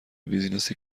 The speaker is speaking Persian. بیزینس